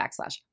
backslash